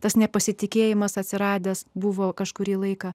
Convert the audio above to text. tas nepasitikėjimas atsiradęs buvo kažkurį laiką